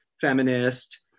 feminist